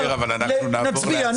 נצביע.